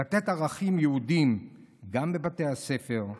לתת ערכים יהודיים גם בבתי הספר.